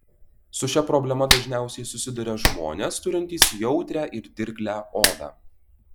su šia problema dažniausiai susiduria žmonės turintys jautrią ir dirglią odą